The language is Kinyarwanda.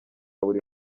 buri